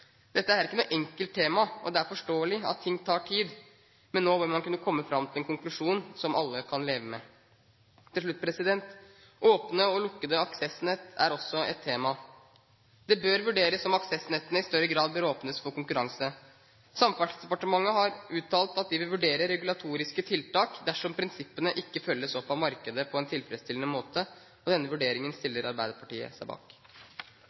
Dette er ikke noe enkelt tema, og det er forståelig at ting tar tid, men nå bør man kunne komme fram til en konklusjon som alle kan leve med. Åpne og lukkede aksessnett er også et tema. Det bør vurderes om aksessnettene i større grad bør åpnes for konkurranse. Samferdselsdepartementet har uttalt at de vil vurdere regulatoriske tiltak dersom prinsippene ikke følges opp av markedet på en tilfredsstillende måte. Denne vurderingen stiller Arbeiderpartiet seg bak.